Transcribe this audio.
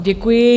Děkuji.